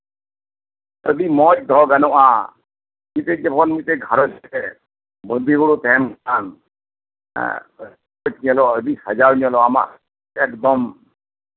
ᱟᱹᱰᱤ ᱢᱚᱸᱡᱽ ᱫᱚᱦᱚ ᱜᱟᱱᱚᱜᱼᱟ ᱢᱤᱫᱴᱮᱡ ᱜᱷᱟᱸᱨᱚᱡᱽ ᱨᱮ ᱵᱟᱸᱫᱤ ᱦᱩᱲᱩ ᱛᱟᱦᱮᱸᱱ ᱠᱷᱟᱱ ᱮᱸᱜ ᱟᱹᱰᱤ ᱥᱟᱡᱟᱣ ᱧᱮᱞᱚᱜᱼᱟ ᱟᱢᱟᱜ ᱮᱠᱫᱚᱢ